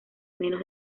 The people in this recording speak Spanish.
menos